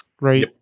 Right